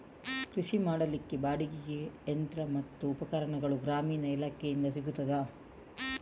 ಕೃಷಿ ಮಾಡಲಿಕ್ಕೆ ಬಾಡಿಗೆಗೆ ಯಂತ್ರ ಮತ್ತು ಉಪಕರಣಗಳು ಗ್ರಾಮೀಣ ಇಲಾಖೆಯಿಂದ ಸಿಗುತ್ತದಾ?